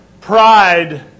Pride